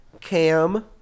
cam